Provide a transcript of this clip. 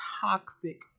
toxic